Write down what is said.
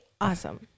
awesome